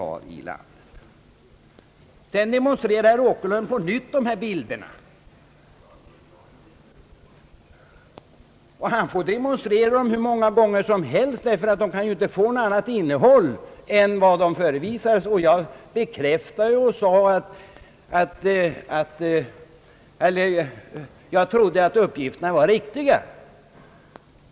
Herr Åkerlund demonstrerade på nytt de bilder det här gäller. Han får visa dem hur många gånger som helst — de kan ändå inte få något annat innehåll än de har. Jag tror att de uppgifter som lämnades är riktiga.